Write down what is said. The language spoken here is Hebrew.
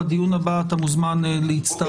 לדיון הבא אתה מוזמן להצטרף.